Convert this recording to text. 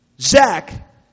Zach